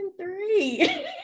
three